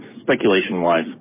speculation-wise